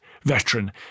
veteran